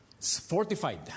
fortified